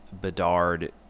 Bedard